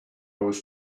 was